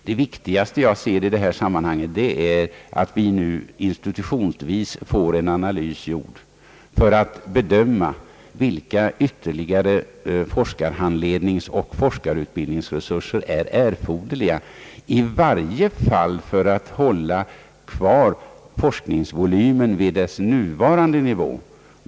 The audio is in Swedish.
Det viktigaste i detta sammanhang är att vi nu får en analys genomförd institutionsvis så att vi kan bedöma vilka ytterligare forskarhandledningsoch utbildningsresurser som är erforderliga för att i varje fall behålla forskningsvolymen vid dess nuvarande nivå.